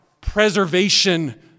preservation